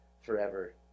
forever